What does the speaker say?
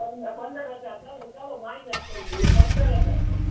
પંદર પંદર હજાર ચાલો ચાલો માઇનસ કરી દઈએ પંદર હજાર કરીએ